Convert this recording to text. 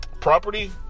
Property